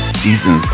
season